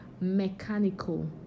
mechanical